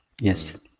Yes